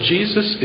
Jesus